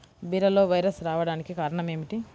బీరలో వైరస్ రావడానికి కారణం ఏమిటి?